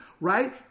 right